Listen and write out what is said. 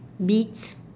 beets